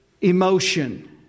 emotion